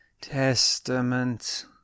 Testament